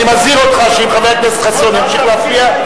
אני מזהיר אותך שאם חבר הכנסת חסון ימשיך להפריע,